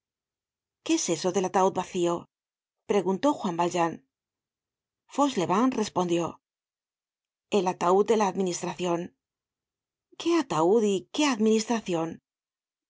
qué es eso del ataud vacio preguntó juan valjean fauchelevent respondió el ataud de la administracion qué ataud y qué administracion